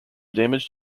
damage